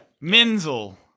Menzel